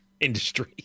industry